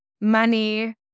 money